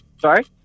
Sorry